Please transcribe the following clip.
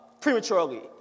prematurely